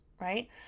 right